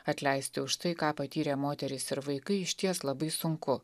atleisti už tai ką patyrė moterys ir vaikai išties labai sunku